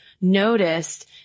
noticed